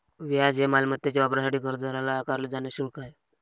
व्याज हे मालमत्तेच्या वापरासाठी कर्जदाराला आकारले जाणारे शुल्क आहे